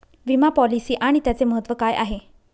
विमा पॉलिसी आणि त्याचे महत्व काय आहे?